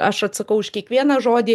aš atsakau už kiekvieną žodį